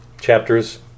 chapters